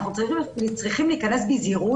אנחנו צריכים להיכנס בזהירות.